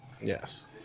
Yes